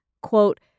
Quote